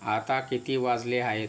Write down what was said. आता किती वाजले आहेत